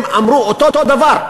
הם אמרו אותו דבר.